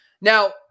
Now